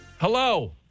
Hello